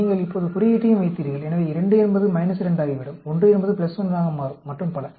நீங்கள் இப்போது குறியீட்டையும் வைத்தீர்கள் எனவே 2 என்பது - 2 ஆகிவிடும் 1 என்பது 1 ஆக மாறும் மற்றும் பல